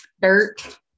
dirt